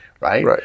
Right